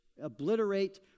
obliterate